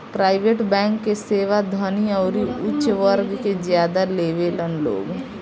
private bank के सेवा धनी अउरी ऊच वर्ग के ज्यादा लेवेलन लोग